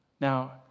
Now